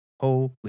Holy